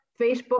Facebook